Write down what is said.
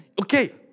okay